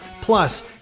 Plus